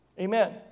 Amen